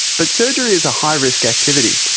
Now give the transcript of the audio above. but surgery is a high risk activity,